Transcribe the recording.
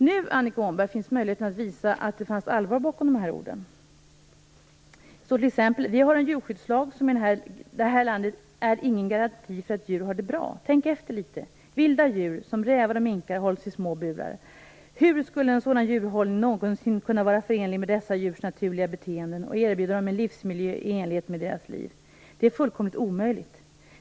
Nu, Annika Åhnberg, finns möjlighet att visa att det fanns allvar bakom de här orden. Vi har i vårt land t.ex. en djurskyddslag som inte är någon garanti för att djur har det bra. Tänk efter litet! Vilda djur, som rävar och minkar, hålls i små burar. Hur skulle en sådan djurhållning någonsin kunna vara förenlig med dessa djurs naturliga beteenden och erbjuda dem en livsmiljö i enlighet med deras egenart? Det är fullständigt omöjligt.